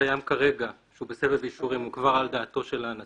שקיים כרגע שהוא בסבב אישורים הוא כבר על דעת הנציב,